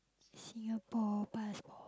Singapore passport